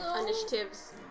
Initiatives